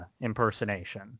impersonation